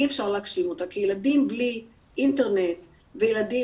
אי אפשר להגשים אותה כי ילדים בלי אינטרנט וילדים